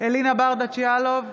אלינה ברדץ' יאלוב,